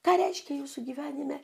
ką reiškia jūsų gyvenime